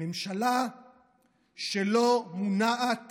ממשלה שלא מונעת